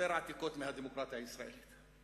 ויותר עתיקות מהדמוקרטיה הישראלית.